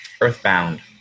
earthbound